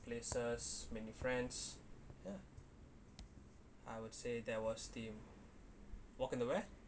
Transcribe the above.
places mainly france ya I would say there was the walk in the where